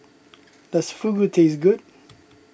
does Fugu taste good